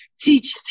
teach